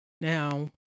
Now